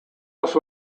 was